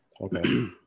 Okay